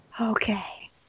Okay